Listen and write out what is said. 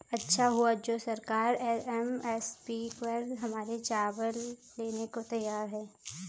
अच्छा हुआ जो सरकार एम.एस.पी पर हमारे चावल लेने को तैयार है